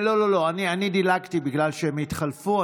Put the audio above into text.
כן, אני דילגתי בגלל שהם התחלפו.